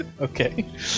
Okay